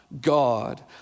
God